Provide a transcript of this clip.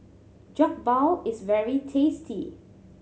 jokbal is very tasty